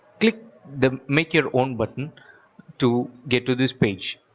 click the make your own button to get to this page.